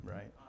Right